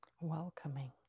welcoming